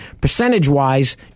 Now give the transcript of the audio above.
percentage-wise